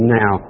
now